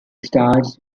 starts